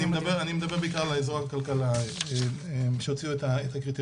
אני מדבר בעיקר על משרד הכלכלה שהוציאו את הקריטריונים.